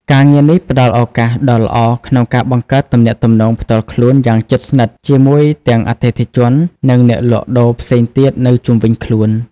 ការងារនេះផ្ដល់ឱកាសដ៏ល្អក្នុងការបង្កើតទំនាក់ទំនងផ្ទាល់ខ្លួនយ៉ាងជិតស្និទ្ធជាមួយទាំងអតិថិជន និងអ្នកលក់ដូរផ្សេងទៀតនៅជុំវិញខ្លួន។